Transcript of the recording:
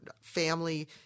family